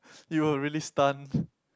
you were really stunned